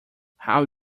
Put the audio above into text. how